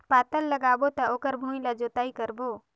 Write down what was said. पातल लगाबो त ओकर भुईं ला जोतई करबो?